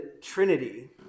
Trinity